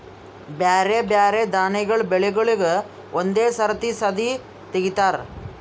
ಬ್ಯಾರೆ ಬ್ಯಾರೆ ದಾನಿಗಳ ಬೆಳಿಗೂಳಿಗ್ ಒಂದೇ ಸರತಿ ಸದೀ ತೆಗಿತಾರ